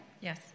Yes